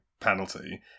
penalty